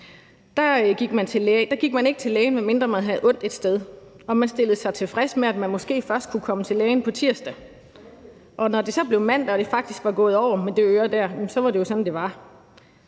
barn, gik man ikke til læge, medmindre man havde ondt et sted, og man stillede sig tilfreds med, at man måske først kunne komme til lægen på tirsdag. Og når det så blev mandag, og det faktisk var gået over med det øre, så var det jo sådan, det var.